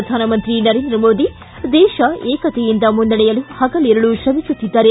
ಪ್ರಧಾನಮಂತ್ರಿ ನರೇಂದ್ರ ಮೋದಿ ದೇತ ಏಕತೆಯಿಂದ ಮುನ್ನಡೆಯಲು ಹಗಲಿರುಳು ಶ್ರಮಿಸುತ್ತಿದ್ದಾರೆ